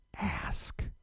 ask